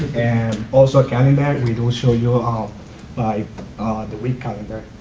and also a calendar we do show you ah ah like the week calendar.